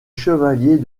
chevalier